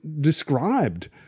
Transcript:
described